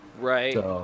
Right